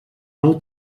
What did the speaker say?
nou